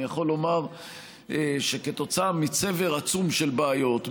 אני יכול לומר שכתוצאה מצבר עצום של בעיות,